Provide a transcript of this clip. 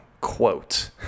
quote